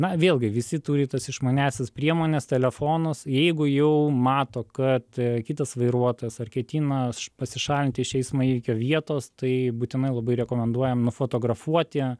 na vėlgi visi turi tas išmaniąsias priemones telefonus jeigu jau mato kad kitas vairuotojas ar ketina pasišalinti iš eismo įvykio vietos tai būtinai labai rekomenduojam nufotografuoti